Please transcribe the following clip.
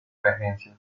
emergencia